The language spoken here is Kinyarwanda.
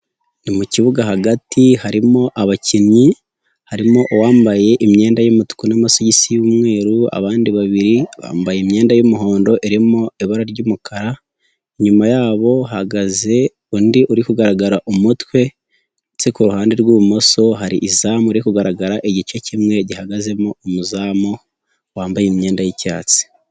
Ni mu kibuga hagati harimo abakinnyi harimo uwambaye imyenda y'umutuku n'amasogisi y'umweru abandi babiri bambaye imyenda y'umuhondo irimo ibara ry'umukara, inyuma yabo hahagaze undi uri kugaragara umutwe, ndetse ku ruhande rw'ibumoso hari izamu riri kugaragara igice kimwe gihagazemo umuzamu wambaye imyenda y'icyatsi.